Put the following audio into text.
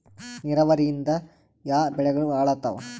ನಿರಾವರಿಯಿಂದ ಯಾವ ಬೆಳೆಗಳು ಹಾಳಾತ್ತಾವ?